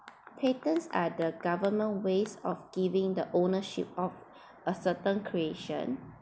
patents are the government's ways of giving the ownership of a certain creation